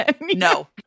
No